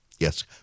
Yes